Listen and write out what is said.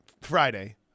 Friday